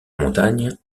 montagne